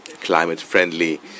climate-friendly